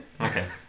Okay